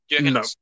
no